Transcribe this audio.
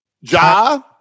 ja